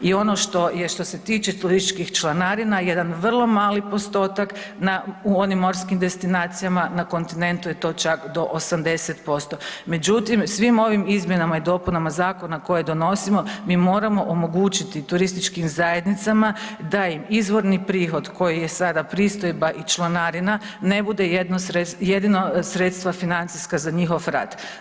I ono što je što se tiče turističkih članarina jedan vrlo mali postotak u onim morskim destinacijama na kontinentu je to čak do 80%, međutim svim ovim izmjenama i dopunama zakona koje donosimo mi moramo omogućiti turističkim zajednicama da im izvorni prihod koji je sada pristojba i članarina ne bude jedino sredstvo financijsko za njihov rad.